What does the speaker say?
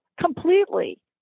completely